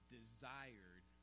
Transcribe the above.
desired